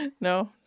no